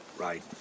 right